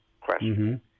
question